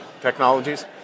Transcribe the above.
technologies